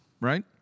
Right